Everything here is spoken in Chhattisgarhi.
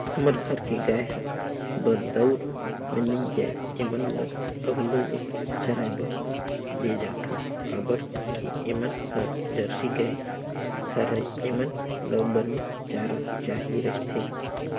हमर घर के गाय हर बरदउर में नइ जाये ऐमन ल अलगे ले चराए बर लेजाथन काबर के ऐमन ह जरसी गाय हरय ऐेमन ल बने चारा चाही रहिथे